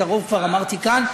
את הרוב כבר אמרתי כאן.